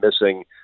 missing